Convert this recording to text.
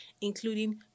including